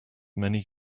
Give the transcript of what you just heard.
many